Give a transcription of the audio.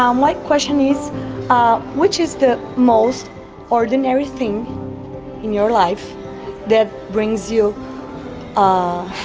um like question is ah, which is the most ordinary thing in your life that brings you ah,